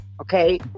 Okay